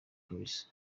kabisa